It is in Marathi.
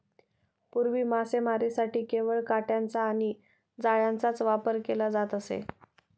पूर्वी मासेमारीसाठी केवळ काटयांचा आणि जाळ्यांचाच वापर केला जात असे